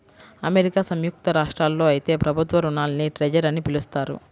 America సంయుక్త రాష్ట్రాల్లో అయితే ప్రభుత్వ రుణాల్ని ట్రెజర్ అని పిలుస్తారు